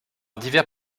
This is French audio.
divers